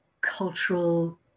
cultural